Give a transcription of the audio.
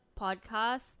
podcast